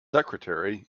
secretary